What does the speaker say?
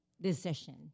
decision